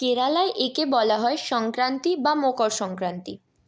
কেরালায় একে বলা হয় সংক্রান্তি বা মকর সংক্রান্তি